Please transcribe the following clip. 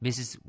Mrs